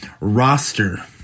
roster